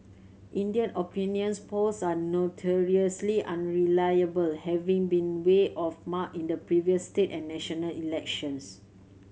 India opinions polls are notoriously unreliable having been way off mark in the previous state and national elections